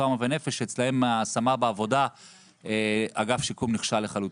טראומה ונפש שאצלם בהשמה בעבודה אגף השיקום נכשל לחלוטין.